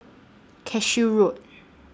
Cashew Road